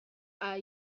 are